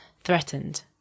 threatened